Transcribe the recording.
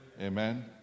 Amen